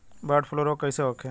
Bird flu रोग कईसे होखे?